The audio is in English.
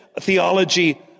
theology